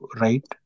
right